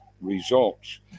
results